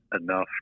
enough